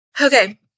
Okay